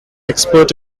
expert